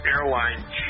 Airline